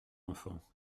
enfant